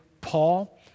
Paul